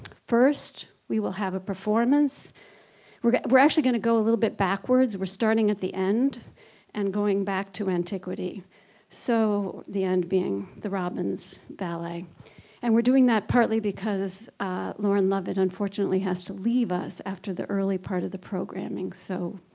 first, we will have a performance we're actually going to go a little bit backwards we're starting at the end and going back to antiquity so the end being the robbins ballet and we're doing that partly because lauren lovette unfortunately has to leave us after the early part of the programming so